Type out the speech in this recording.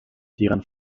deren